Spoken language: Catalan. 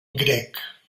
grec